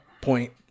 point